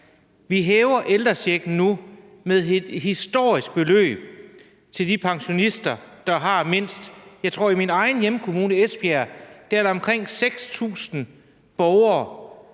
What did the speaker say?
Vi hæver ældrechecken nu med et historisk højt beløb til de pensionister, der har mindst. Jeg tror, at i min egen hjemkommune, Esbjerg, er der omkring 6.000 borgere,